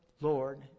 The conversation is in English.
Lord